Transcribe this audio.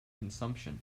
consumption